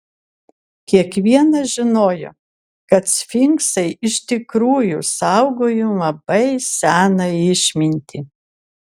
kiekvienas žinojo kad sfinksai iš tikrųjų saugojo labai seną išmintį